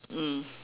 mm